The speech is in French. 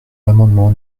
l’amendement